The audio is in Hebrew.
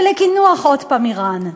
ולקינוח עוד הפעם איראן?